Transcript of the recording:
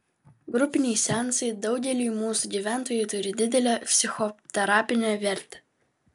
grupiniai seansai daugeliui mūsų gyventojų turi didelę psichoterapinę vertę